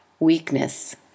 Weakness